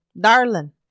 darling